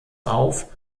auf